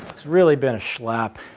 it's really been a schlep.